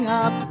up